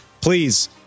Please